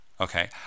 okay